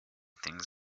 things